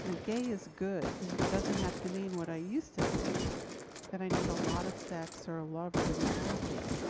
and gay is good doesn't have to mean what i used to think that i need a lot of sex or a lover to be happy,